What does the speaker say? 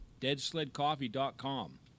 deadsledcoffee.com